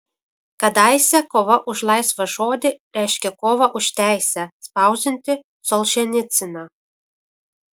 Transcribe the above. kadaise kova už laisvą žodį reiškė kovą už teisę spausdinti solženicyną